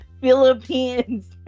Philippines